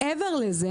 מעבר לזה,